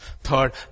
Third